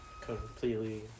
completely